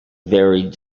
varied